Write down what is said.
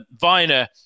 Viner